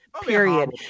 Period